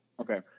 Okay